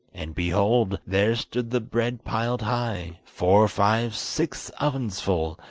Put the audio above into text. and, behold! there stood the bread piled high four, five, six ovens full,